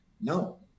No